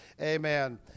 amen